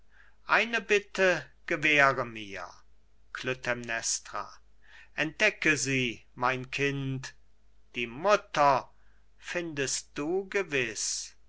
eine bitte gewähre mir klytämnestra entdecke sie mein kind die mutter findest du gewiß